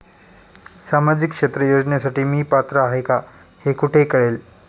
सामाजिक क्षेत्र योजनेसाठी मी पात्र आहे का हे कुठे कळेल?